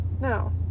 no